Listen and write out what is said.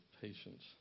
patience